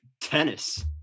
tennis